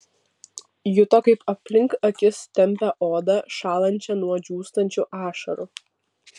juto kaip aplink akis tempia odą šąlančią nuo džiūstančių ašarų